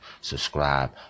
subscribe